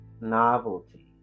novelty